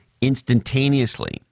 instantaneously